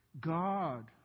God